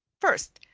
first,